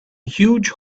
huge